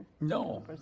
No